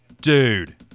Dude